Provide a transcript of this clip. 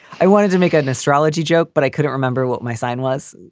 i wanted to make an astrology joke, but i couldn't remember what my sign was.